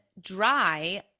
dry